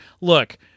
Look